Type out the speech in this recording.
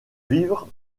vivre